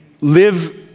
live